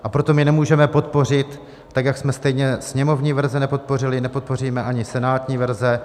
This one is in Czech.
A proto my nemůžeme podpořit, tak jak jsme stejně sněmovní verze nepodpořili, nepodpoříme ani senátní verze.